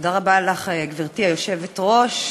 גברתי היושבת-ראש,